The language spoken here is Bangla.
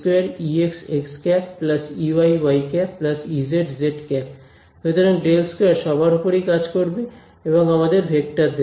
এটা আসলে হতে চলেছে ∇2Exxˆ Eyyˆ Ezzˆ সুতরাং ∇2 সবার উপরেই কাজ করবে এবং আমাদের ভেক্টর দেবে